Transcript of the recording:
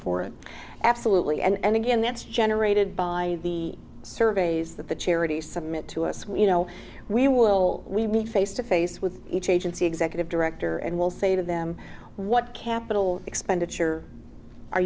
for it absolutely and again that's generated by the surveys that the charity submit to us we you know we will we meet face to face with each agency executive director and we'll say to them what capital expenditure are